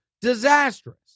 Disastrous